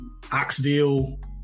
Oxville